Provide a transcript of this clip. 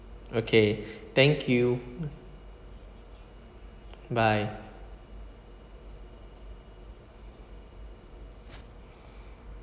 okay thank you bye